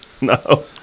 no